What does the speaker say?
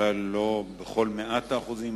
אולי לא בכל מאת האחוזים,